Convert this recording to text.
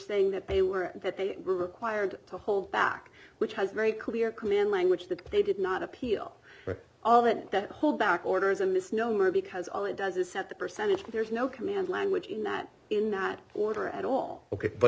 saying that they were that they were required to hold back which has a very clear command language that they did not appeal all that that whole back order is a misnomer because all it does is set the percentage there's no command language in that in that order at all ok but